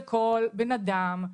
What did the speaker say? לכל בן אדם.